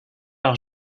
par